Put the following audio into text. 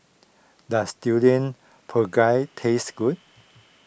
does Durian Pengat taste good